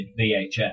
VHS